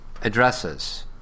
addresses